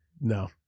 No